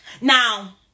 Now